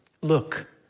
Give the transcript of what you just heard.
Look